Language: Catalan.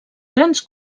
grans